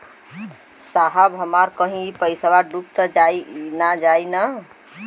साहब हमार इ पइसवा कहि डूब त ना जाई न?